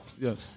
Yes